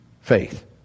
faith